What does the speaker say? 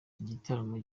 igitaramo